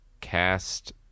cast